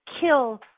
kill